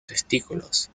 testículos